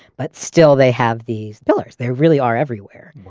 but still, they have these pillars. there really are everywhere.